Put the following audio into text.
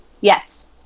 Yes